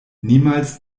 niemals